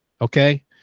Okay